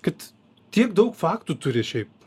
kad tiek daug faktų turi šiaip